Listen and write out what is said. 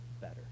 better